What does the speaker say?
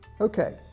Okay